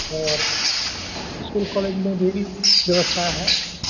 और school college में भी ई व्यवस्था है